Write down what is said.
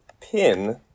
pin